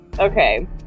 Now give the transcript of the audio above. Okay